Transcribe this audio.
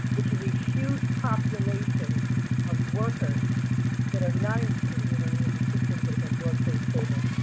which is a huge population of workers that are not included in any of the systems that have been brought to the table.